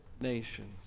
nations